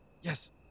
yes